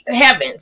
heavens